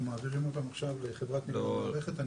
אנחנו מעבירים אותם עכשיו לחברת ניהול המערכת.